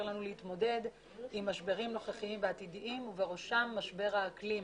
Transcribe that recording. לנו להתמודד עם משברים נוכחיים ועתידיים ובראשם משבר האקלים.